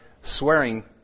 swearing